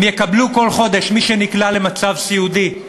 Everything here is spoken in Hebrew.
הם יקבלו כל חודש, מי שנקלע למצב סיעודי,